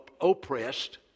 oppressed